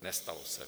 Nestalo se.